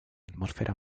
atmósfera